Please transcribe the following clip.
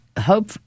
hope